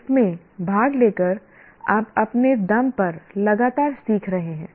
इसमें भाग लेकर आप अपने दम पर लगातार सीख रहे हैं